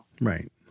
Right